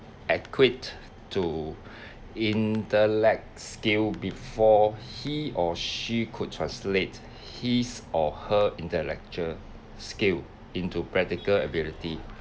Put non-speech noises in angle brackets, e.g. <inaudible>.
equate to <breath> intellect skill before he or she could translate his or her intellectual skill into practical ability